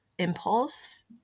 impulse